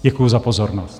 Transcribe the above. Děkuji za pozornost.